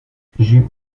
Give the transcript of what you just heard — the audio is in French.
jup